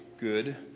good